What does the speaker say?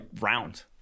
round